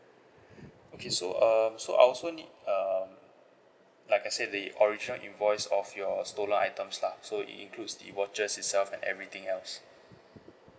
okay so um so I'll also need um like I said the original invoice of your stolen items lah so it includes the watches itself and everything else